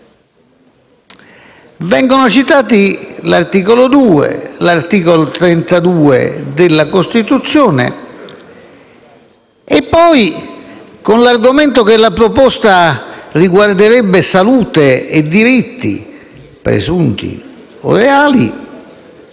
vengono citati l'articolo 2 e l'articolo 32 della Costituzione. Ora, con l'argomento che la proposta riguarderebbe salute e diritti, presunti o reali,